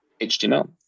HTML